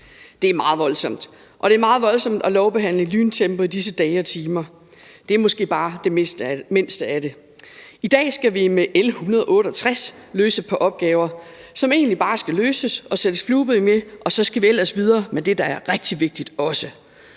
Det er meget voldsomt. Og det er meget voldsomt at lovbehandle i lyntempo i disse dage og timer. Det er måske bare det mindste af det. I dag skal vi med L 168 løse et par opgaver, som egentlig bare skal løses, og som der skal sættes flueben ved, og så skal vi ellers videre med det, der også er rigtig vigtigt.